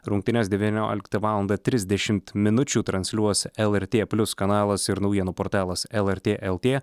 rungtynes devynioliktą valandą trisdešimt minučių transliuos lrt plius kanalas ir naujienų portalas lrt lt